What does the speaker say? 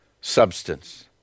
substance